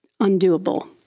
undoable